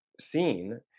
seen